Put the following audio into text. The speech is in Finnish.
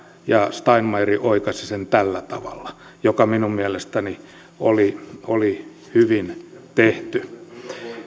ja steinmeier oikaisi sen tällä tavalla mikä minun mielestäni oli oli hyvin tehty